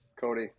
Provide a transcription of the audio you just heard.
Cody